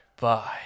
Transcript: Bye